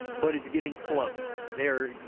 but it's getting close there.